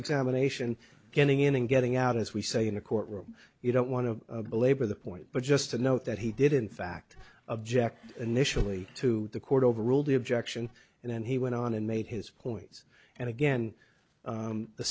examination getting in and getting out as we say in a courtroom you don't want to belabor the point but just to note that he did in fact object initially to the court overruled objection and then he went on and made his points and again